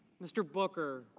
mr. booker.